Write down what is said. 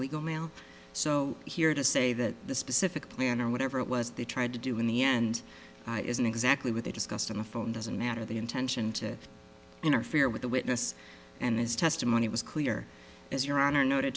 mail so here to say that the specific plan or whatever it was they tried to do in the end isn't exactly what they discussed on the phone doesn't matter the intention to interfere with the witness and his testimony was clear as your honor not